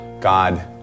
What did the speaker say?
God